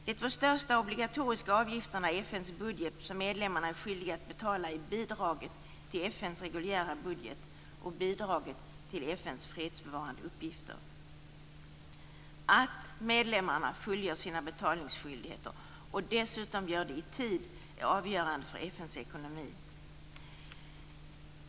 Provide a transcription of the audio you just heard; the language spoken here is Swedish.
De två största obligatoriska avgifterna i FN:s budget som medlemmarna är skyldiga att betala är bidraget till FN:s reguljära budget och bidraget till FN:s fredsbevarande uppgifter. Att medlemmarna fullgör sina betalningsskyldigheter, och dessutom i tid, är avgörande för FN:s ekonomi.